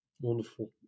wonderful